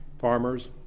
Farmers